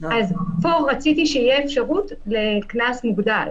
פה רציתי שתהיה אפשרות לקנס מוגדל.